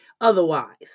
otherwise